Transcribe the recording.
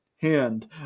hand